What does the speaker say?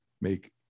make